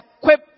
equip